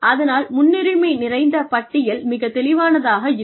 அதனால் முன்னுரிமை நிறைந்த பட்டியல் மிகத் தெளிவானதாக இருக்கும்